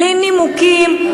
בלי נימוקים,